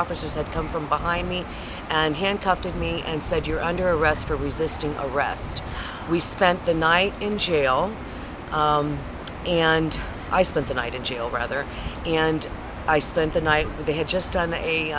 officers had come from behind me and handcuffed me and said you're under arrest for resisting arrest we spent the night in jail and i spent the night in jail rather and i spent the night they had just done a